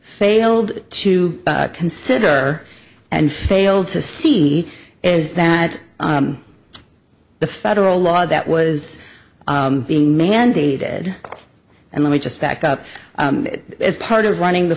failed to consider and failed to see is that the federal law that was being mandated and let me just back up is part of running the